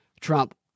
Trump